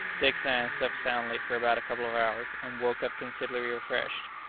dick sands slept soundly for about a couple of hours, and woke up considerably refreshed.